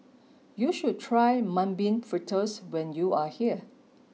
you must try mung bean fritters when you are here